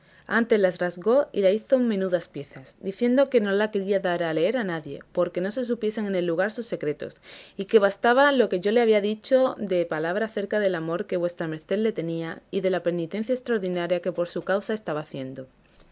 antes la rasgó y la hizo menudas piezas diciendo que no la quería dar a leer a nadie porque no se supiesen en el lugar sus secretos y que bastaba lo que yo le había dicho de palabra acerca del amor que vuestra merced le tenía y de la penitencia extraordinaria que por su causa quedaba haciendo